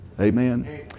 Amen